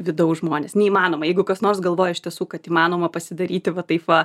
vidaus žmonės neįmanoma jeigu kas nors galvoja iš tiesų kad įmanoma pasidaryti va taip va